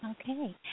Okay